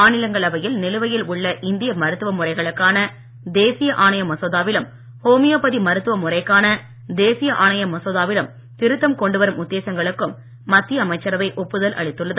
மாநிலங்களவையில் நிலுவையில் உள்ள இந்திய மருத்துவ முறைகளுக்கான தேசிய ஆணைய மசோதாவிலும் ஹோமியோபதி மருத்துவ முறைக்கான தேசிய ஆணைய மசோதாவிலும் திருத்தம் கொண்டுவரும் உத்தேசங்களுக்கும் மத்திய அமைச்சரவை ஒப்புதல் அளித்துள்ளது